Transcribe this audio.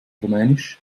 rumänisch